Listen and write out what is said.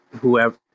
whoever